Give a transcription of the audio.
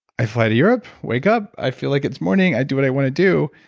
i fly to europe, wake up, i feel like it's morning, i do what i want to do.